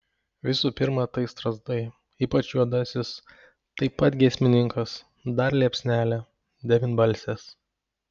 visų pirma tai strazdai ypač juodasis taip pat giesmininkas dar liepsnelė devynbalsės